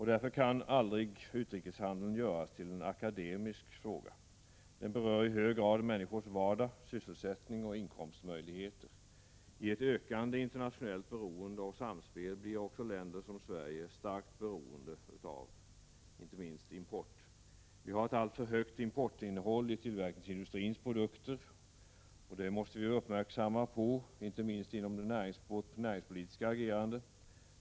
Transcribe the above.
Därför kan aldrig utrikeshandeln göras till en ”akademisk” fråga. Den berör i hög grad människors vardag, sysselsättning och inkomstmöjligheter. I ett ökande internationellt beroende och samspel blir också länder som Sverige starkt beroende av inte minst importen. Vi har ett alltför högt importinnehåll i tillverkningsindustrins produkter, och det måste vi vara uppmärksamma på — inte minst i vårt näringspolitiska agerande.